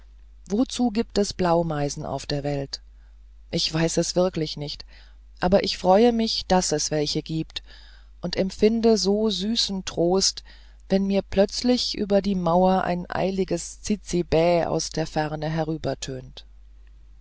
wozu gibt es blaumeisen auf der welt ich weiß es wirklich nicht aber ich freue mich daß es welche gibt und empfinde als süßen trost wenn mir plötzlich über die mauer ein eiliges zizi bä aus der ferne